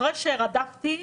אחרי שרדפתי,